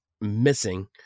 missing